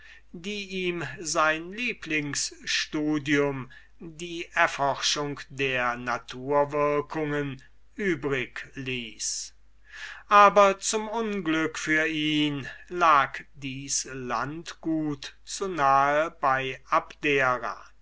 die ihm sein lieblingsstudium die erforschung der naturwirkungen übrig ließ aber zum unglück für ihn lag dies landgut zu nah bei abdera